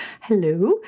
hello